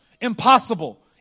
impossible